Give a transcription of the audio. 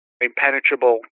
impenetrable